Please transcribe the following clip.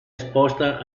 esposta